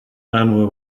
and